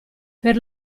per